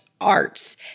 arts